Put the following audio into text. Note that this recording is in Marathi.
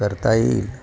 करता येईल